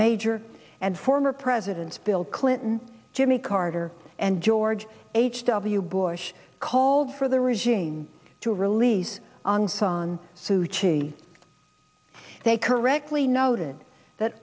major and former president bill clinton jimmy carter and george h w bush called for the regime to release on sun suchi they correctly noted that